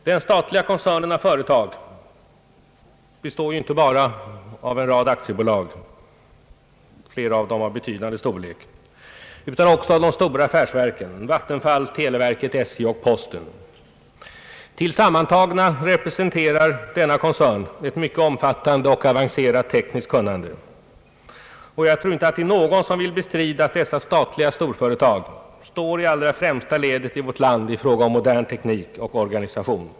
Den statliga koncernen av företag består inte bara av en rad aktiebolag — flera av dem av betydande storlek — utan också av de stora affärsverken, Vattenfall, televerket, SJ och posten. Tillsammantagna representerar denna koncern ett mycket omfattande och avancerat tekniskt kunnande. Jag tror inte att någon vill bestrida att dessa statliga storföretag står i allra främsta ledet i vårt land i fråga om modern teknik och organisation.